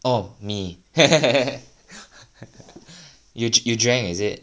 oh me you you drank is it